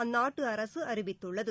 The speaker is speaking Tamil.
அந்நாட்டு அரசு அறிவித்துள்ளது